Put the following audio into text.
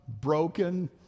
broken